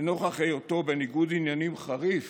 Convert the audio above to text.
לנוכח היותו בניגוד עניינים חריף